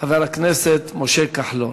חבר הכנסת משה כחלון.